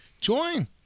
join